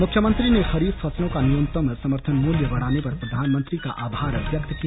मुख्यमंत्री ने खरीफ फसलों का न्यूनतम समर्थन मूल्य बढ़ाने पर प्रधानमंत्री का आभार व्यक्त किया